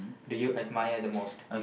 do you admire the most